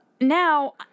now